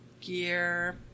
gear